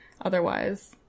Otherwise